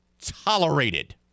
tolerated